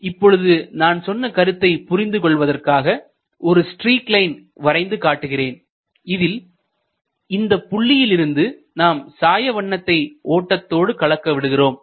இப்பொழுது நான் சொன்ன கருத்தை புரிந்து கொள்வதற்காக ஒரு ஸ்ட்ரீக் லைன் வரைந்து கொள்கிறேன் இதில் இந்த புள்ளியிலிருந்து நாம் வண்ண சாயத்தை ஓட்டத்தோடு கலக்க விடுகிறோம்